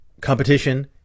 competition